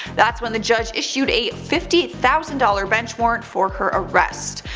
that's when the judge issued a fifty thousand dollars bench warrant for her arrest.